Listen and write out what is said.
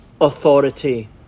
authority